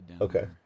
Okay